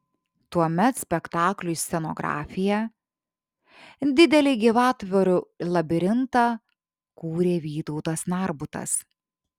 tuomet spektakliui scenografiją didelį gyvatvorių labirintą kūrė vytautas narbutas